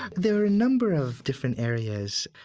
there are a number of different areas.